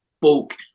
bulk